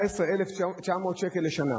19,900 שקל לשנה.